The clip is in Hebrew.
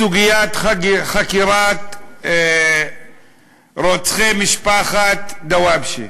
בסוגיית חקירת רוצחי משפחת דוואבשה.